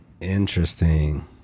Interesting